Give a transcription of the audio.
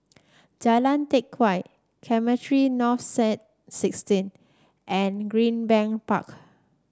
Jalan Teck Whye Cemetry North Saint sixteen and Greenbank Park